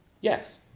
Yes